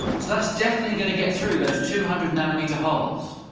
so that's definitely going to get through those two hundred nanometer holes.